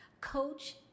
coach